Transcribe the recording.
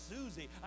Susie